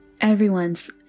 Everyone's